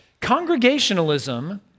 Congregationalism